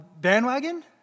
bandwagon